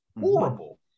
horrible